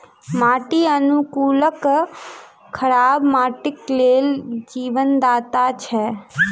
माटि अनुकूलक खराब माटिक लेल जीवनदाता छै